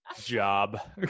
Job